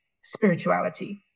spirituality